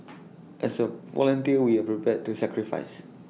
as A volunteer we are prepared to sacrifice